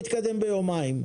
לא יתקדם ביומיים.